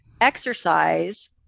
exercise